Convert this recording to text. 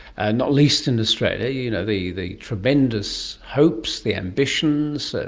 and not least in australia, you know the the tremendous hopes, the ambitions,